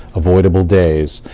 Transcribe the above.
avoidable days,